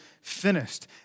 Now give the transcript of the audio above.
finished